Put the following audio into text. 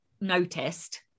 noticed